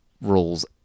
rules